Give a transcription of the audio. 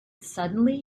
suddenly